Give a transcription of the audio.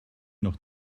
noch